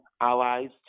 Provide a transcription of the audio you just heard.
allies